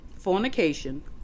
fornication